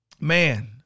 man